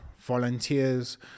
volunteers